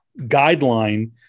guideline